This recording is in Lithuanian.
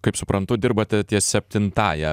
kaip suprantu dirbate ties septintąja